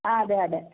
ആ അതെ അതെ